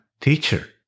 Teacher